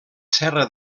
serra